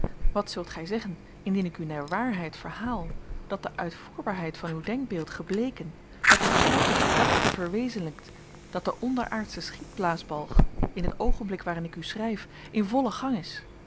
wat zult gij zeggen indien ik u naar waarheid verhaal dat de uitvoerbaarheid van uw denkbeeld gebleken dat uw stoute gedachte verwezenlijkt dat de onderaardsche schietblaasbalg in het oogenblik waarin ik u schrijf in vollen gang is vooralsnog